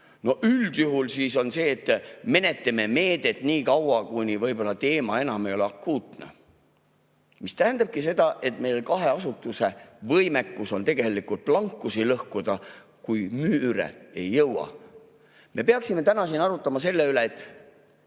Üldjuhul on see, et menetleme meedet niikaua, kuni teema enam ei ole akuutne. See tähendabki seda, et nende kahe asutuse võimekus on tegelikult plankusid lõhkuda, kui müüre ei jõua. Me peaksime täna siin arutama selle üle, et